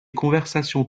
conversations